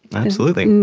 absolutely.